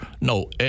No